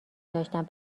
داشتن